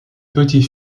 petit